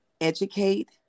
educate